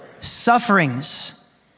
Sufferings